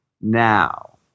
Now